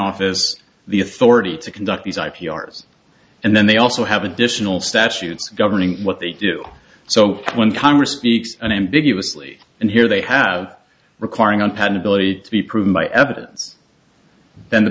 office the authority to conduct these i p r's and then they also have additional statutes governing what they do so when congress speaks unambiguously and here they have requiring unpin ability to be proven by evidence then the